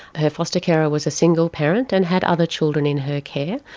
her foster carer was a single parent and had other children in her care,